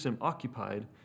occupied